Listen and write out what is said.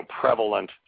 prevalent